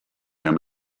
him